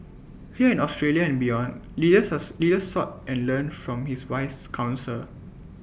here in Australia and beyond leaders leader sought and learned from his wise counsel